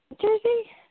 Jersey